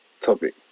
topic